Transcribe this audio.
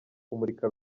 kumurika